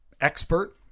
expert